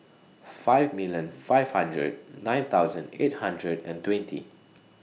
five million five hundred nine thousand eight hundred and twenty